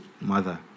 mother